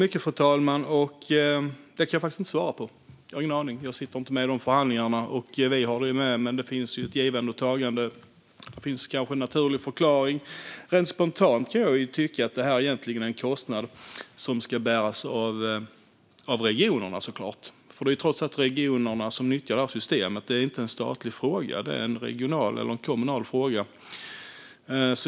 Fru talman! Det kan jag faktiskt inte svara på. Jag har ingen aning, för jag satt inte med i de förhandlingarna. Vi har med det, men det är ju ett givande och tagande. Det finns kanske en naturlig förklaring. Rent spontant kan jag tycka att kostnaden ska bäras av regionerna. Det är trots allt i regionerna som systemen nyttjas, så det är inte en statlig fråga utan en regional eller kommunal fråga.